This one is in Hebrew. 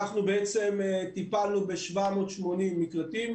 אנחנו טיפלנו ב-780 מקלטים,